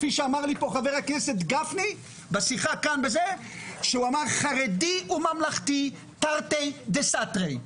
כפי שאמר לי פה חבר הכנסת גפני בשיחה: חרדי וממלכתי תרתי דסתרי.